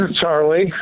Charlie